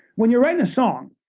when you write a song,